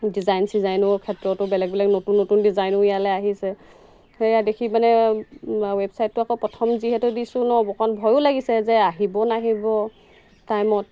design চিজাইনৰ ক্ষেত্ৰতো বেলেগ বেলেগ নতুন নতুন ডিজাইনো ইয়ালৈ আহিছে সেয়া দেখি মানে ৱেবছাইটটো আকৌ প্ৰথম যিহেতু দিছোঁ ন অকণ ভয়ো লাগিছে যে আহিব নাহিব টাইমত